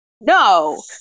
No